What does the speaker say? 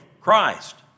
Christ